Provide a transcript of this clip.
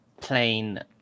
plain